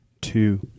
two